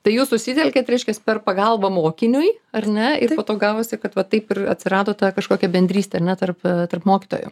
tai jūs susitelkėt reiškias per pagalbą mokiniui ar ne po to gavosi kad va taip ir atsirado ta kažkokia bendrystė ar net tarp tarp mokytojų